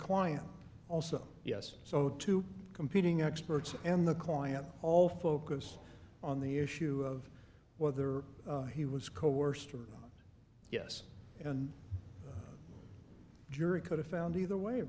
client also yes so two competing experts and the client all focus on the issue of whether he was coerced or yes and jury could have found either way